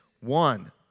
one